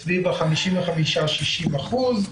סביב 55%-60%.